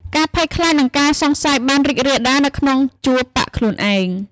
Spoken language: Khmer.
ការភ័យខ្លាច និងការសង្ស័យបានរីករាលដាលនៅក្នុងជួរបក្សខ្លួនឯង។